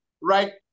right